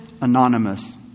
Anonymous